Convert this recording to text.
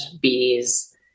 bees